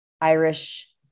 Irish